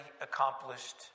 accomplished